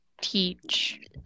Teach